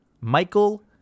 Michael